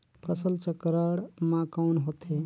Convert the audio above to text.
फसल चक्रण मा कौन होथे?